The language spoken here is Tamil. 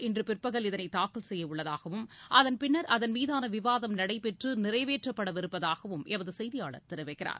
இன்று பிற்பகல் இதனை தாக்கல் செய்ய உள்ளதாகவும் அதன்பின்னர் அதன் மீதான விவாதம் நடைபெற்று நிறைவேற்றப்படவிருப்பதாகவும் எமது செய்தியாளர் தெரிவிக்கிறார்